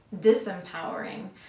disempowering